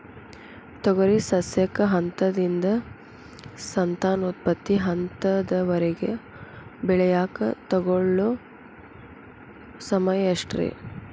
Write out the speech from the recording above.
ತೊಗರಿ ಸಸ್ಯಕ ಹಂತದಿಂದ, ಸಂತಾನೋತ್ಪತ್ತಿ ಹಂತದವರೆಗ ಬೆಳೆಯಾಕ ತಗೊಳ್ಳೋ ಸಮಯ ಎಷ್ಟರೇ?